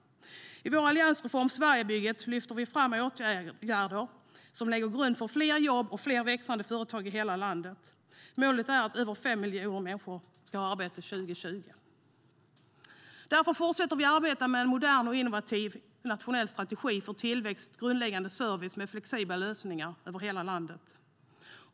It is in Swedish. I vår alliansreform Sverigebygget lyfter vi fram åtgärder som lägger grunden för fler jobb och fler växande företag i hela landet. Målet är att över fem miljoner människor ska ha arbete 2020. Därför fortsätter vi att arbeta med en modern och innovativ nationell strategi för tillväxt och grundläggande service med flexibla lösningar över hela landet.